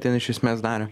ten iš esmės darė